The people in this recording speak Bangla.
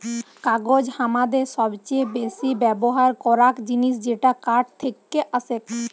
কাগজ হামাদের সবচে বেসি ব্যবহার করাক জিনিস যেটা কাঠ থেক্কে আসেক